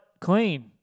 clean